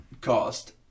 cost